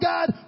God